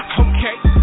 okay